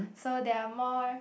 so they are more